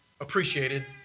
appreciated